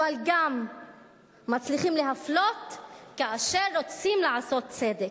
אבל גם מצליחים להפלות כאשר רוצים לעשות צדק.